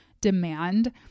demand